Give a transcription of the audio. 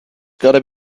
gotta